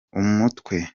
umutwe